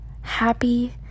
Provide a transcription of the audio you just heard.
happy